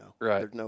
Right